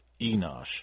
Enosh